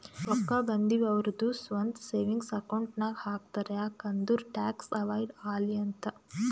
ರೊಕ್ಕಾ ಬಂದಿವ್ ಅವ್ರದು ಸ್ವಂತ ಸೇವಿಂಗ್ಸ್ ಅಕೌಂಟ್ ನಾಗ್ ಹಾಕ್ತಾರ್ ಯಾಕ್ ಅಂದುರ್ ಟ್ಯಾಕ್ಸ್ ಅವೈಡ್ ಆಲಿ ಅಂತ್